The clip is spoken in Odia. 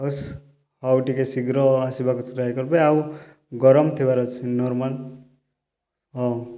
ଓସ୍ ହଉ ଟିକିଏ ଶୀଘ୍ର ଆସିବାକୁ ଟ୍ରାଏ କରିବେ ଆଉ ଗରମ ଥିବାର ଅଛି ନର୍ମାଲ୍ ହଁ